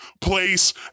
place